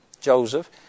Joseph